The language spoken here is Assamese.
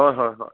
হয় হয় হয়